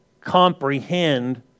comprehend